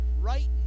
right